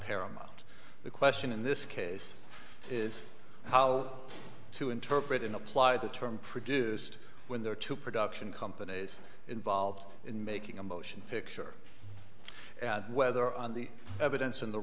paramount the question in this case is how to interpret and apply the term produced when there are two production companies involved in making a motion picture whether on the evidence in the